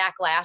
backlash